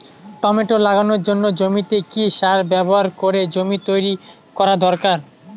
Tomato লাগানোর জন্য জমিতে কি সার ব্যবহার করে জমি তৈরি করা দরকার?